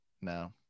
no